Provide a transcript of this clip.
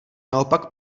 naopak